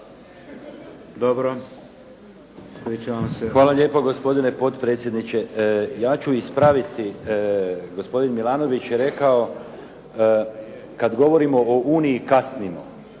Hvala lijepo gospodine potpredsjedniče. Ja ću ispraviti, gospodin Milanović je rekao kada govorimo o Uniji kasnimo.